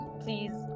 please